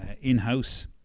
in-house